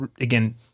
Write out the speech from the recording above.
again